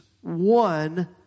one